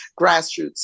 grassroots